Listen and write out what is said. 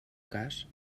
cas